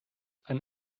ein